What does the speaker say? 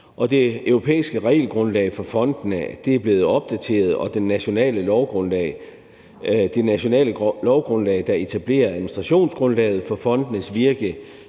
Det europæiske regelgrundlag for fondene er blevet opdateret, og det nationale lovgrundlag, der etablerer administrationsgrundlaget for fondenes virke